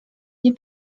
nie